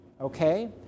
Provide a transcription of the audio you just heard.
Okay